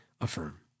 affirm